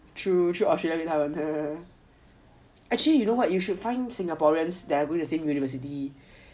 true 去 Australia meet 他们 actually you know what you should find singaporeans that are going the same university